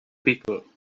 people